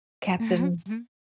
captain